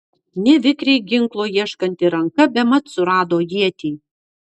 nevikriai ginklo ieškanti ranka bemat surado ietį